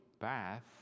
bath